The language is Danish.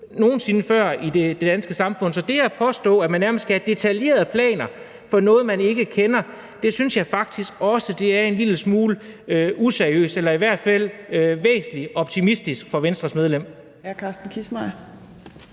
nogen sinde før i det danske samfund. Så det at påstå, at man nærmest skal have detaljerede planer for noget, man ikke kender, synes jeg faktisk også er en lille smule useriøst eller i hvert fald væsentlig optimistisk af Venstres medlem.